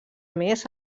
més